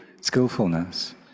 skillfulness